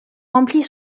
remplit